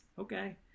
okay